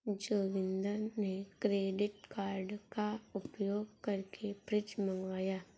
जोगिंदर ने credit card का उपयोग करके फ्रिज मंगवाया